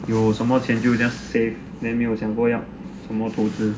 有什么钱 just save ah 没有想过要投资